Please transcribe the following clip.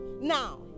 Now